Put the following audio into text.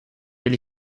will